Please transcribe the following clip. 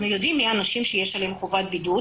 אנחנו יודעים מי האנשים שיש עליהם חובת בידוד